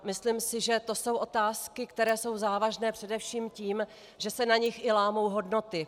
Myslím si, že to jsou otázky, které jsou závažné především tím, že se na nich i lámou hodnoty.